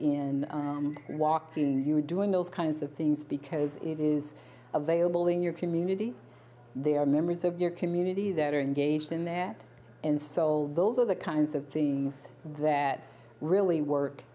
in walking you are doing those kinds of things because it is available in your community there are members of your community that are engaged in that and so those are the kinds of things that really work